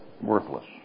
worthless